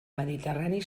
mediterrani